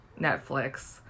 Netflix